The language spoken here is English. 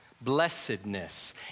Blessedness